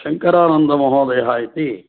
शंकरानन्दमहोदयः इति